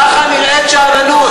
ככה נראית שאננות.